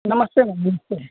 नमस्ते मेम